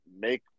make